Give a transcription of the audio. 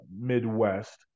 Midwest